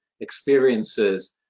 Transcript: experiences